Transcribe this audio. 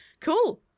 cool